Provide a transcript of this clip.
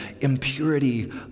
impurity